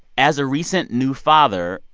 as a recent new father,